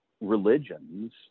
religions